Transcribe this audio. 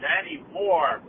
anymore